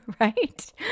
right